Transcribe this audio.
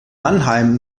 mannheim